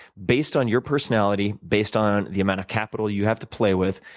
based on your personality, based on the amount of capital you have to play with,